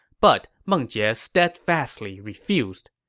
but meng jie ah steadfastly refused.